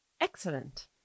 Excellent